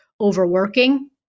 overworking